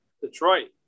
Detroit